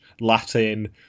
Latin